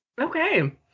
Okay